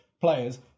players